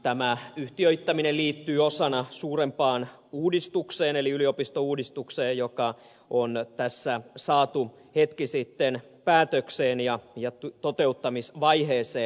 tämä yhtiöittäminen liittyy osana suurempaan uudistukseen eli yliopistouudistukseen joka on tässä saatu hetki sitten päätökseen ja toteuttamisvaiheeseen